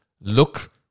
look